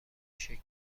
شکل